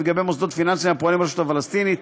לגבי מוסדות פיננסיים הפועלים ברשות הפלסטינית,